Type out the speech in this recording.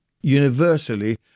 universally